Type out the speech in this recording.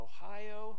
Ohio